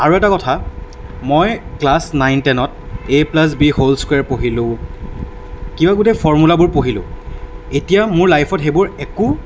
আৰু এটা কথা মই ক্লাছ নাইন টেনত এ প্লাছ বি হ'ল স্কুৱেৰ পঢ়িলোঁ কিবা গোটেই ফৰ্মোলাবোৰ পঢ়িলোঁ এতিয়া মোৰ লাইফত সেইবোৰ একো